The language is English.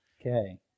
Okay